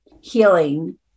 healing